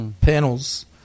panels